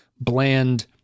bland